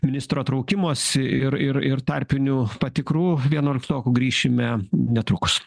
ministro traukimosi ir ir ir tarpinių patikrų vienuoliktokų grįšime netrukus